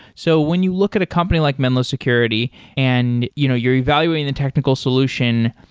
so when you look at a company like menlo security and you know you're evaluating the technical solution,